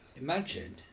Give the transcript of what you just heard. Imagine